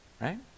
right